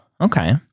Okay